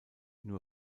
nur